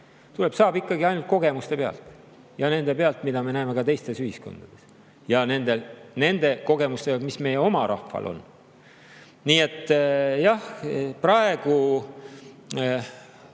saab ikkagi ainult kogemuste pealt, selle pealt, mida me näeme teistes ühiskondades, ja nende kogemuste pealt, mis meie oma rahval on. Nii et jah,